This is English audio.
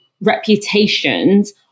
reputations